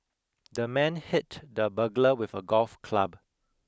the man hit the burglar with a golf club